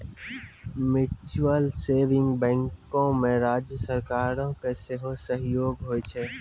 mutual saving बैंको मे राज्य सरकारो के सेहो सहयोग होय छै